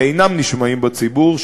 שאינם נשמעים בציבור,